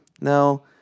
no